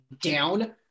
down